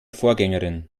vorgängerin